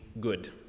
good